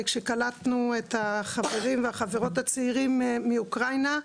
כשקלטנו את החברים והחברות הצעירים מאוקראינה,